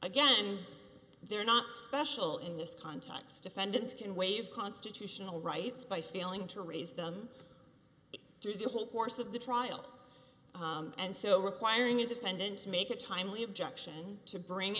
again they're not special in this context defendants can waive constitutional rights by failing to raise them through the whole course of the trial and so requiring the defendant to make a timely objection to bring